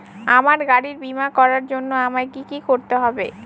আমার গাড়ির বীমা করার জন্য আমায় কি কী করতে হবে?